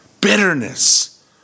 bitterness